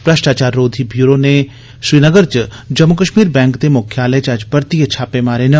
श्रष्टाचार रोधी ब्यूरो नै श्रीनगर च जम्मू कश्मीर बैंक दे मुख्यालय च अज्ज परतीयै छापेमारे न